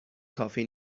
کافی